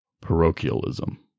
parochialism